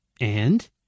And